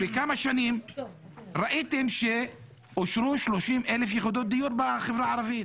בכמה שנים ראיתם שאושרו 30,000 יחידות דיור בחברה הערבית.